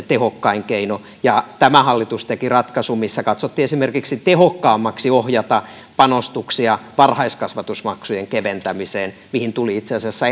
tehokkain keino tämä hallitus teki ratkaisun missä katsottiin esimerkiksi tehokkaammaksi ohjata panostuksia varhaiskasvatusmaksujen keventämiseen mihin tuli itse asiassa